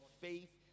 faith